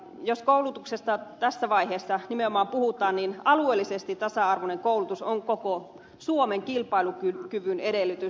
jos koulutuksesta tässä vaiheessa nimenomaan puhutaan niin alueellisesti tasa arvoinen koulutus on koko suomen kilpailukyvyn edellytys